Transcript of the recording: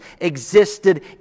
existed